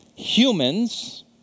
Humans